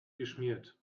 geschmiert